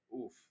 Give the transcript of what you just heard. Oof